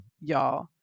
y'all